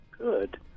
Good